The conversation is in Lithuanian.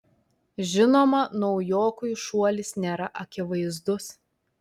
žinoma naujokui šuolis nėra akivaizdus